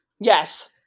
Yes